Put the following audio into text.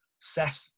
set